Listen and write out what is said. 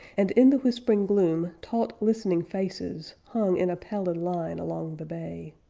and, in the whispering gloom, taut, listening faces hung in a pallid line along the bay.